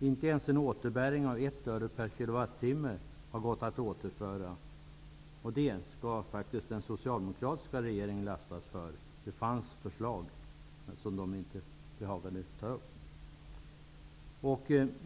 Inte ens en återbäring på 1 öre per kilowattimme har gått att återföra. Detta skall den socialdemokratiska regeringen lastas för. Det fanns förslag som den regeringen inte behagade att ta ställning till.